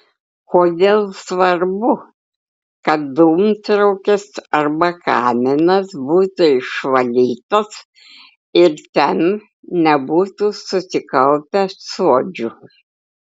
kodėl svarbu kad dūmtraukis arba kaminas būtų išvalytas ir ten nebūtų susikaupę suodžių